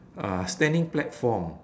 uh standing platform